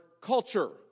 culture